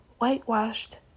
whitewashed